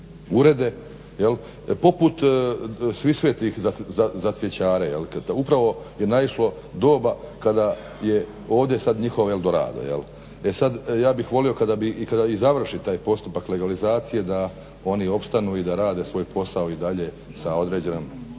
urede poput Svih svetih za cvjećare, upravo je našilo doba kada je ovdje sada njihov El Dorado. E sada ja bih volio kada završi taj postupak legalizacije da oni opstanu i da rade svoj posao i dalje sa određenom